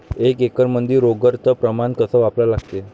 एक एकरमंदी रोगर च प्रमान कस वापरा लागते?